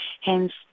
Hence